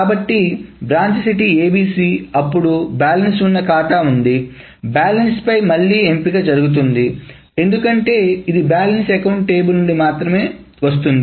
కాబట్టి branch city ABC అప్పుడు balance ఉన్న ఖాతా ఉంది బ్యాలెన్స్పై ఎంపిక మళ్లీ జరుగుతుంది ఎందుకంటే ఇది బ్యాలెన్స్ అకౌంట్ టేబుల్ నుండి మాత్రమే వస్తుంది